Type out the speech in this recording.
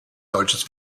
solches